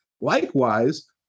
Likewise